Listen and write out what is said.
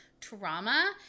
trauma